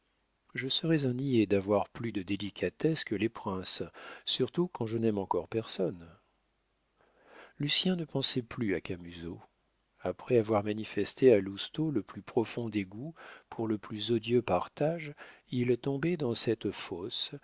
je serais un niais d'avoir plus de délicatesse que les princes surtout quand je n'aime encore personne lucien ne pensait plus à camusot après avoir manifesté à lousteau le plus profond dégoût pour le plus odieux partage il tombait dans cette fosse